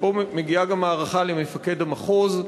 ופה מגיעה גם הערכה למפקד המחוז,